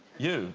you